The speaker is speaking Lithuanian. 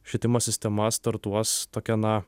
švietimo sistema startuos tokia na